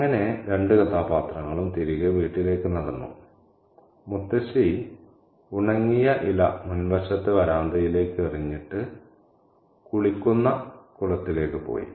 അങ്ങനെ രണ്ട് കഥാപാത്രങ്ങൾ തിരികെ വീട്ടിലേക്ക് നടന്നു മുത്തശ്ശി ഉണങ്ങിയ ഇല മുൻവശത്തെ വരാന്തയിലേക്ക് എറിഞ്ഞിട്ട് കുളിക്കുന്ന കുളത്തിലേക്ക് പോയി